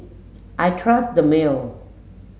I trust Dermale